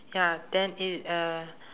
ya then it uh